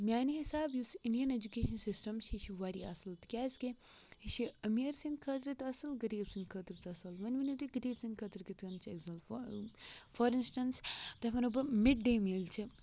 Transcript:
میانہِ حسابہٕ یُس امین ایجوکیشن سِسٹم چھُ یہِ چھِ واریاہ اصل تہِ کیازِ کہِ یہِ چھُ امیر سٕند خٲطرٕ تہِ اصل غریب سٕنٛد خٲطرٕ تہِ اصل وونۍ ؤنیو تُہی غریب سٕند خٲطرٕ کِتھ کٔنۍ چھُ اصل فار اِنسٹنس تۄہہِ وَنو بہٕ مِڑڈے میٖل چھِ